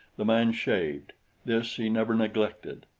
the man shaved this he never neglected.